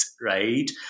right